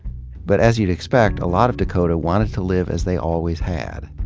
but as you'd expect, a lot of dakota wanted to live as they always had.